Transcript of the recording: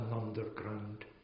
underground